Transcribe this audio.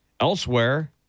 Elsewhere